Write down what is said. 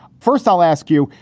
first, i'll ask you,